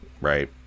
right